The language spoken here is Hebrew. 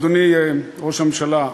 אדוני ראש הממשלה,